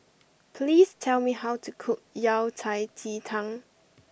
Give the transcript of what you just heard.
please tell me how to cook Yao Cai Ji Tang